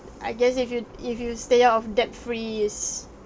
I guess if you if you stay out of debt free is